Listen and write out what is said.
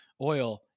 oil